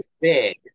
big